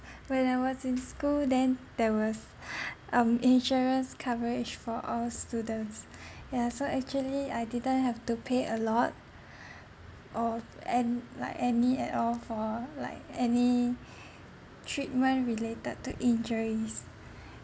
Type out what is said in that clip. when I was in school then there was um insurance coverage for all students yeah so actually I didn't have to pay a lot of and like any at all for like any treatment related to injuries